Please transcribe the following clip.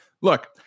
Look